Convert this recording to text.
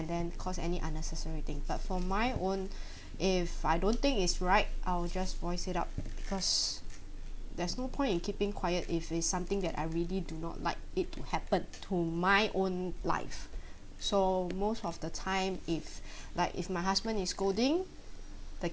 and then cause any unnecessary thing but for my own if I don't think it's right I will just voice it out because there's no point in keeping quiet if it's something that I really do not like it would happen to my own life so most of the time if like if my husband is scolding the